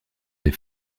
des